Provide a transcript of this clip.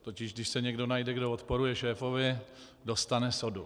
Totiž když se někdo najde, kdo odporuje šéfovi, dostane sodu.